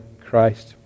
Christ